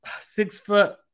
Six-foot